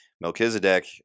Melchizedek